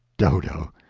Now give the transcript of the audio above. dodo!